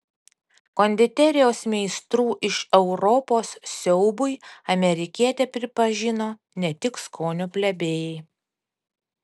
konditerijos meistrų iš europos siaubui amerikietę pripažino ne tik skonio plebėjai